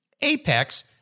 Apex